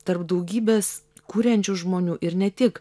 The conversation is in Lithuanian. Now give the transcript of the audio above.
tarp daugybės kuriančių žmonių ir ne tik